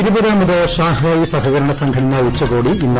ഇരുപതാമത് Shanghai സഹകരണ സംഘടന ഉച്ചകോടി ഇന്ന്